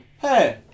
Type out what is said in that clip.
Hey